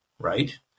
Right